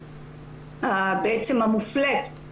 המופלית,